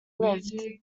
lived